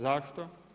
Zašto?